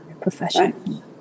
profession